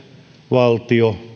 valtio